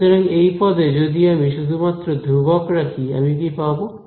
সুতরাং এই পদে যদি আমি শুধুমাত্র ধ্রুবক রাখি আমি কি পাবো